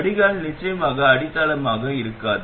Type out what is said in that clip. வடிகால் நிச்சயமாக அடித்தளமாக உள்ளது